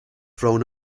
thrown